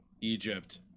Egypt